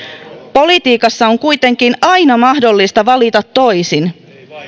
politiikassa on kuitenkin aina mahdollista valita toisin